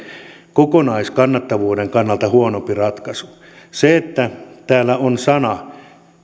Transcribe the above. kokonaiskannattavuuden kannalta huonompi ratkaisu kun täällä on sana